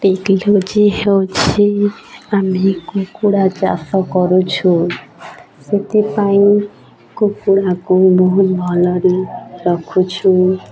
technology ହେଉଛି ଆମେ କୁକୁଡ଼ା ଚାଷ କରୁଛୁ ସେଥିପାଇଁ କୁକୁଡ଼ାକୁ ବହୁତ ଭଲରେ ରଖୁଛୁ